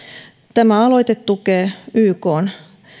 tämä aloite tukee ykn